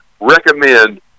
recommend